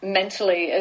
mentally